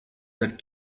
that